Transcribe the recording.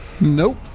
Nope